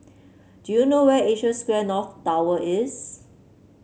do you know where Asia Square North Tower is